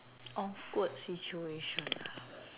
awkward situation ah